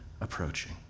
approaching